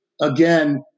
Again